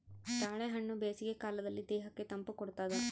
ತಾಳೆಹಣ್ಣು ಬೇಸಿಗೆ ಕಾಲದಲ್ಲಿ ದೇಹಕ್ಕೆ ತಂಪು ಕೊಡ್ತಾದ